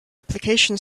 application